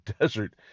desert